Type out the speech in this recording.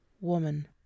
woman